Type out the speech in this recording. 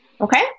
Okay